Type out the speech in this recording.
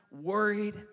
worried